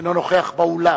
אינו נוכח באולם.